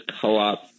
co-op